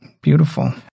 Beautiful